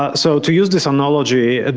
ah so to use this analogy, and